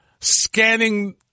scanning